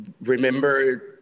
remember